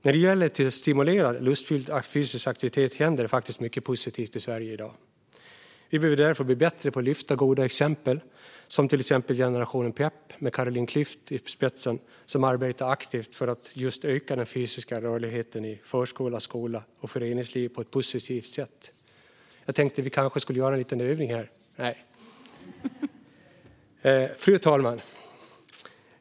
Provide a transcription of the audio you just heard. När det gäller att stimulera till lustfylld fysisk aktivitet händer det faktiskt mycket positivt i Sverige i dag. Vi behöver därför bli bättre på att lyfta fram goda exempel, som Generation Pep med Carolina Klüft i spetsen. De arbetar aktivt för att just öka den fysiska rörligheten i förskola, skola och föreningsliv på ett positivt sätt. Jag tänkte att vi kanske skulle göra en liten övning här - nej. Fru talman!